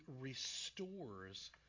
restores